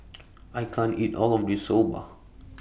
I can't eat All of This Soba